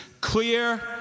clear